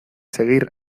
seguir